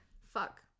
Fuck